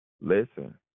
listen